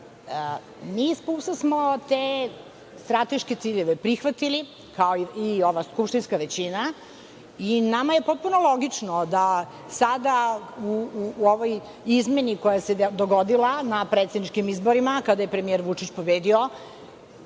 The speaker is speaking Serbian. iz PUPS-a smo te strateške ciljeve prihvatili, kao i ova skupštinska većina, i nama je potpuno logično da sada u ovoj izmeni koja se dogodila na predsedničkim izborima, kada je premijer Vučić pobedio,